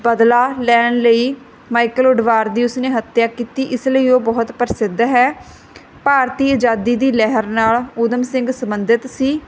ਬਦਲਾ ਲੈਣ ਲਈ ਮਾਈਕਲੋਅਡਵਾਰ ਦੀ ਉਸਨੇ ਹੱਤਿਆ ਕੀਤੀ ਇਸ ਲਈ ਉਹ ਬਹੁਤ ਪ੍ਰਸਿੱਧ ਹੈ ਭਾਰਤੀ ਆਜ਼ਾਦੀ ਦੀ ਲਹਿਰ ਨਾਲ ਊਧਮ ਸਿੰਘ ਸੰਬੰਧਿਤ ਸੀ